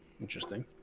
Interesting